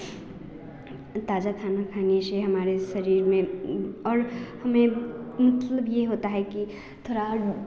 ताज़ा खाना खाने से हमारे शरीर में और हमें मतलब यह होता है कि थोड़ा